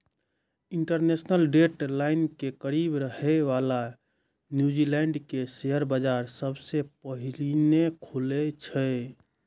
international date line के करीब रहै बला न्यूजीलैंड के शेयर बाजार सबसं पहिने खुलै छै